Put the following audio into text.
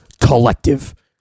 collective